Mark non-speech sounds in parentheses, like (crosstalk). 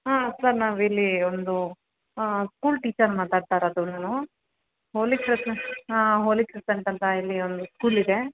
ಹಾಂ ಸರ್ ನಾವಿಲ್ಲಿ ಒಂದು ಸ್ಕೂಲ್ ಟೀಚರ್ ಮಾತಾಡ್ತಾ ಇರೋದು ನಾನು (unintelligible) ಹಾಂ ಹೋಲಿ ಕ್ರಸಂಟ್ ಅಂತ ಇಲ್ಲಿ ಒಂದು ಸ್ಕೂಲ್ ಇದೆ